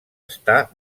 està